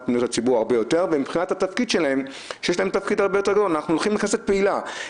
פניות הציבור יש לחברי הכנסת יותר עבודה,